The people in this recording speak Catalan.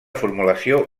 formulació